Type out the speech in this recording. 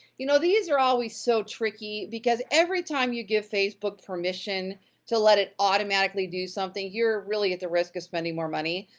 you know, these are always so tricky because every time you give facebook permission to let it automatically do something, you're really at the risk of spending more money.